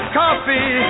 coffee